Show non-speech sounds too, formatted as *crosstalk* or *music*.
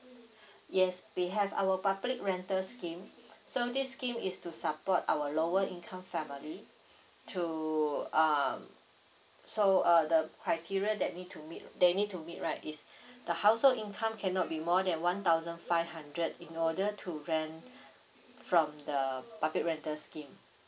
*breath* yes we have our public rental scheme so this scheme is to support our lower income family through um so uh the criteria that need to meet they need to meet right is *breath* the household income cannot be more than one thousand five hundred in order to rent *breath* from the public rental scheme